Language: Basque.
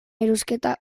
erosketa